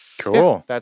Cool